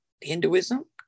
Hinduism